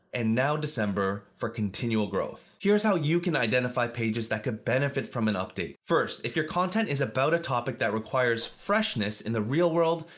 and now december for continual growth. here is how you can identify pages that could benefit from an update. first, if your content is about a topic that requires freshness in the real world,